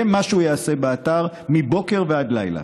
זה מה שהוא יעשה באתר, מבוקר ועד לילה.